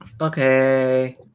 Okay